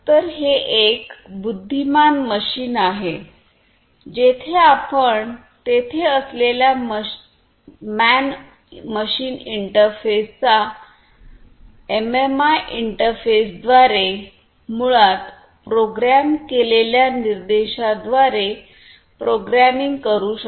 तर हे एक बुद्धिमान मशीन आहे जेथे आपण तेथे असलेल्या मॅन मशीन इंटरफेसचा एमएमआय इंटरफेसद्वारे मुळात प्रोग्राम केलेल्या निर्देशांद्वारे प्रोग्रामिंग करू शकता